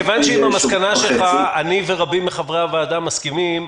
מכיוון שעם המסקנה שלך אני ורבים מחברי הוועדה מסכימים,